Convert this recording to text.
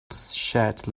shed